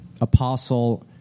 apostle